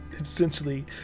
essentially